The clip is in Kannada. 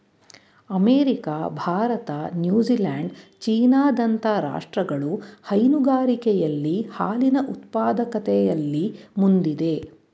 ಅಮೆರಿಕ, ಭಾರತ, ನ್ಯೂಜಿಲ್ಯಾಂಡ್, ಚೀನಾ ದಂತ ರಾಷ್ಟ್ರಗಳು ಹೈನುಗಾರಿಕೆಯಲ್ಲಿ ಹಾಲಿನ ಉತ್ಪಾದಕತೆಯಲ್ಲಿ ಮುಂದಿದೆ